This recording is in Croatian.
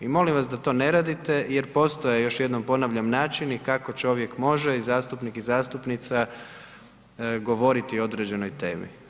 I molim vas da to ne radite jer postoje još jednom ponavljam načini kako čovjek može i zastupnik i zastupnica govoriti o određenoj temi.